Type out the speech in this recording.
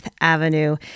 Avenue